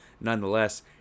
Nonetheless